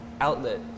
outlet